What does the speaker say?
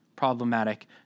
problematic